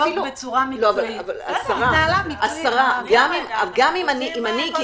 אבל אם אני עד היום,